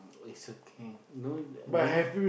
is okay no no need